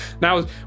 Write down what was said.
Now